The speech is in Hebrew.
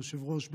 היושב-ראש,